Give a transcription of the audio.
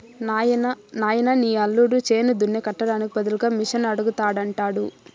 నాయనా నీ యల్లుడు చేను దున్నే కట్టానికి బదులుగా మిషనడగతండాడు